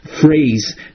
phrase